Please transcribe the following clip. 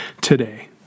today